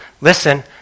listen